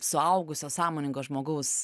suaugusio sąmoningo žmogaus